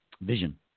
Vision